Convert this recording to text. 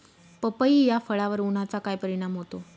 पपई या फळावर उन्हाचा काय परिणाम होतो?